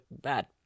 bad